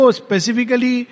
specifically